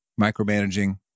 micromanaging